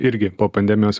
irgi po pandemijos